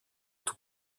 του